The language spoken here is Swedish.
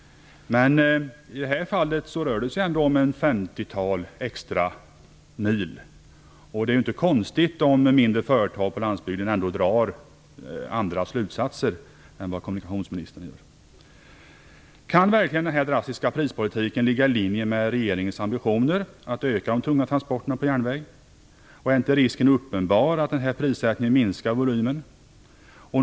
I det här fallet rör det sig ändå om ca 50 extra mil. Det är inte konstigt om mindre företag på landsbygden drar andra slutsatser än vad kommunikationsministern gör. Kan verkligen denna drastiska prispolitik ligga i linje med regeringens ambitioner att öka de tunga transporterna på järnväg? Är det inte en uppenbar risk för att den här prissättningen minskar volymen?